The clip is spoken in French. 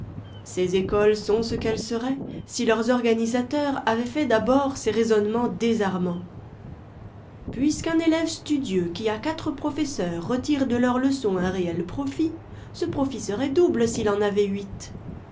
ces écoles sont ce qu'elles seraient si leurs organisateurs avaient fait d'abord ces raisonnements désarmants puisque un élève studieux qui a quatre prof esseurs retire de leurs leçons un réel profit ce profit serait double s'il en avait huit